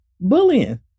bullying